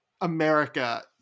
America